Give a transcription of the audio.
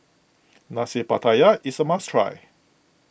Nasi Pattaya is a must try